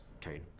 Kane